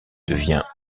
devient